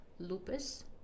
lupus